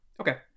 okay